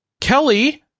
Kelly